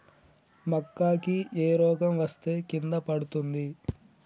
మక్కా కి ఏ రోగం వస్తే కింద పడుతుంది?